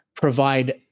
provide